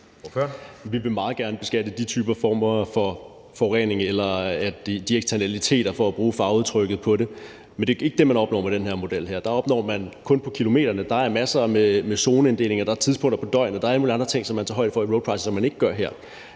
Vi vil meget gerne beskatte de former for forurening eller de eksternaliteter, for at bruge fagudtrykket for det, men det er ikke det, man opnår med den her model. Der opnår man kun noget på kilometerne, og der er masser med zoneinddeling, og der er tidspunkter på døgnet, der er alle mulige andre ting, som man tager højde for i roadpricing, som man ikke gør her.